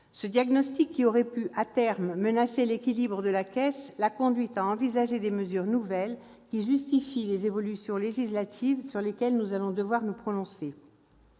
Ce diagnostic qui aurait pu, à terme, menacer l'équilibre de la Caisse, l'a conduite à envisager des mesures nouvelles, qui justifient les évolutions législatives sur lesquelles nous allons nous prononcer.